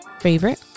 favorite